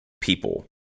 people